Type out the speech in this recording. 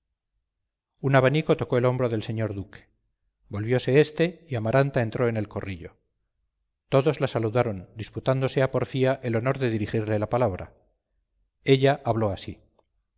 un abanico tocó el hombro del señor duque volviose éste y amaranta entró en el corrillo todos la saludaron disputándose a porfía el honor de dirigirle la palabra ella habló así